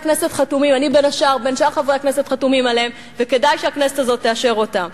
כנסת חתומים עליהן וכדאי שהכנסת הזאת תאשר אותן.